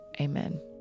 Amen